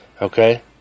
Okay